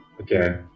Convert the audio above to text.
Okay